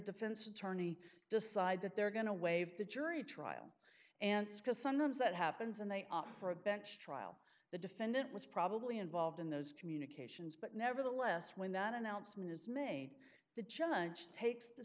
defense attorney decide that they're going to waive the jury trial and because sometimes that happens and they offer a bench trial the defendant was probably involved in those communications but nevertheless when that announcement is made the judge takes the